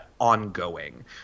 ongoing